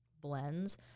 blends